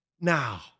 Now